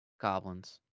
Goblins